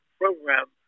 program